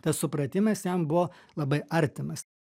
tas supratimas jam buvo labai artimas